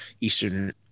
Eastern